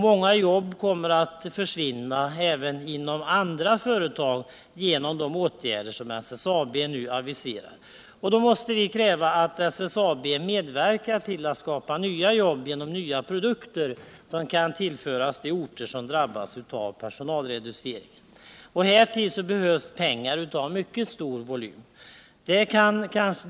Många jobb kommer att försvinna även inom andra företag genom de åtgärder som SSAB nu aviserar. Då måste vi kräva att SSAB medverkar till att skapa nya jobb genom nya produkter, som kan tillföras de orter som drabbas av personalreducering. Härtill behövs pengar av mycket stor volym.